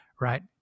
right